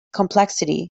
complexity